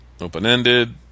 Open-ended